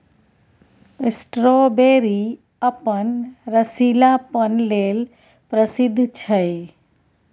strawberry अपन रसीलापन लेल प्रसिद्ध छै